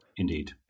indeed